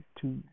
two